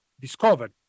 discovered